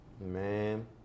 man